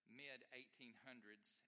mid-1800s